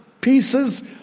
pieces